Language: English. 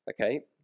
Okay